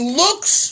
looks